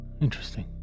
Interesting